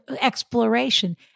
exploration